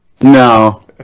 No